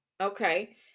Okay